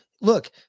look